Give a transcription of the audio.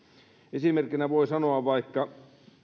esimerkkinä voi sanoa